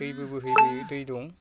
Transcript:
दैबो बोहैयो दै दं